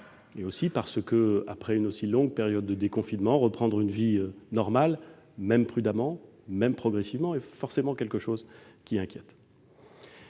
Par ailleurs, après une si longue période de confinement, reprendre une vie normale, même prudemment, même progressivement, a forcément quelque chose d'inquiétant.